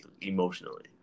emotionally